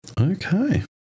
Okay